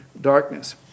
darkness